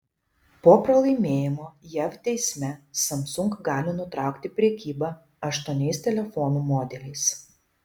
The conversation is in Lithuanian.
po pralaimėjimo jav teisme samsung gali nutraukti prekybą aštuoniais telefonų modeliais